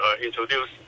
introduce